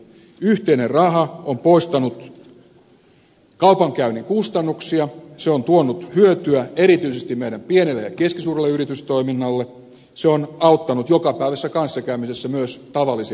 yhteinen raha on poistanut kaupankäynnin kustannuksia se on tuonut hyötyä erityisesti meidän pienelle ja keskisuurelle yritystoiminnallemme se on auttanut jokapäiväisessä kanssakäymisessä myös tavallisia kansalaisia